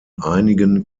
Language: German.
einigen